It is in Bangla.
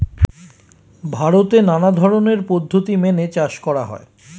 ভারতে নানা ধরনের পদ্ধতি মেনে চাষ করা হয়